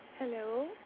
Hello